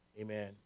amen